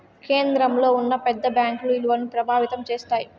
కేంద్రంలో ఉన్న పెద్ద బ్యాంకుల ఇలువను ప్రభావితం చేస్తాయి